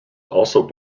also